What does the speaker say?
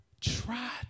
Try